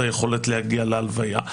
את היכולת להגיע להלוויה.